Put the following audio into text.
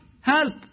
help